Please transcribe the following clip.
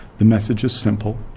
the message is simple.